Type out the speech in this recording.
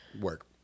work